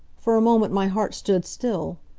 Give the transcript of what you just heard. for a moment my heart stood still.